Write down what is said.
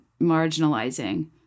marginalizing